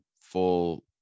full